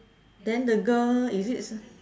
then the girl is it